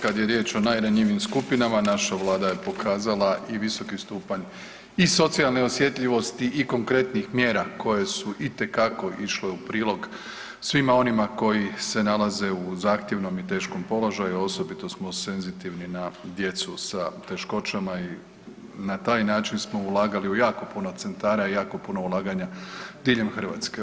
Kad je riječ o najranjivijim skupinama naša vlada je pokazala i visoki stupanj i socijalne osjetljivosti i konkretnih mjera koje su itekako išle u prilog svima onima koji se nalaze u zahtjevnom i teškom položaju, a osobito smo senzitivni na djecu sa teškoćama i na taj način smo ulagali u jako puno centara i jako puno ulaganja diljem Hrvatske.